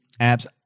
apps